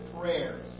prayer